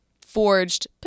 forged